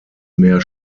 mehr